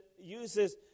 uses